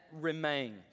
remain